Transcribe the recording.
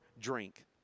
drink